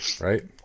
right